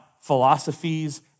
philosophies